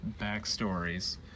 backstories